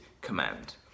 command